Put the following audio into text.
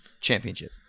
championship